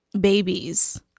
babies